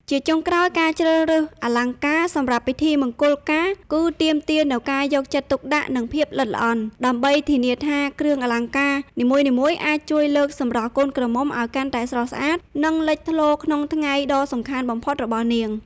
ជាចុងក្រោយ ការជ្រើសរើសអលង្ការសម្រាប់ពិធីមង្គលការ គឺទាមទារនូវការយកចិត្តទុកដាក់ និងភាពល្អិតល្អន់ ដើម្បីធានាថាគ្រឿងអលង្ការនីមួយៗអាចជួយលើកសម្រស់កូនក្រមុំឲ្យកាន់តែស្រស់ស្អាត និងលេចធ្លោក្នុងថ្ងៃដ៏សំខាន់បំផុតរបស់នាង។